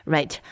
Right